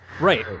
Right